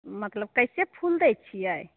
मतलब कैसे फुल दै छियै